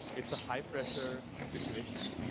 it's a high pressure situation.